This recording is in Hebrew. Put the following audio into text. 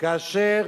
כאשר